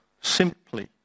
simply